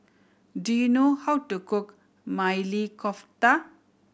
do you know how to cook Maili Kofta